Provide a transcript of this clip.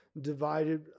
divided